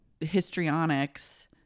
histrionics